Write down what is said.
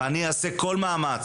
ואני אעשה כל מאמץ,